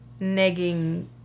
negging